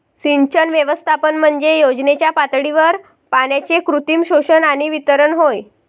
सिंचन व्यवस्थापन म्हणजे योजनेच्या पातळीवर पाण्याचे कृत्रिम शोषण आणि वितरण होय